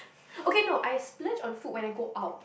okay no I splurge on food when I go out